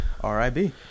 R-I-B